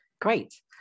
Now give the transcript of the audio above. Great